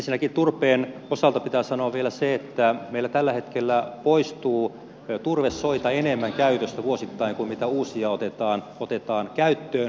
ensinnäkin turpeen osalta pitää vielä sanoa se että meillä tällä hetkellä poistuu turvesoita enemmän käytöstä vuosittain kuin mitä uusia otetaan käyttöön